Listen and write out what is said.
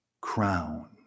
crown